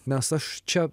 nes aš čia